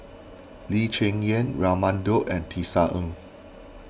Lee Cheng Yan Raman Daud and Tisa Ng